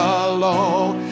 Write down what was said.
alone